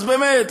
אז באמת,